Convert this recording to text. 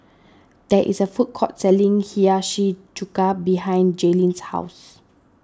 there is a food court selling Hiyashi Chuka behind Jaelynn's house